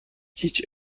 هیچ